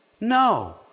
no